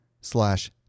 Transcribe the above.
slash